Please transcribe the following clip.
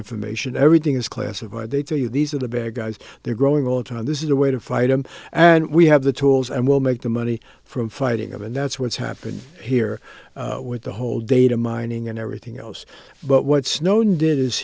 information everything is classified they tell you these are the bad guys they're growing all the time this is a way to fight them and we have the tools and we'll make the money from fighting of and that's what's happened here with the whole data mining and everything else but what snowden did is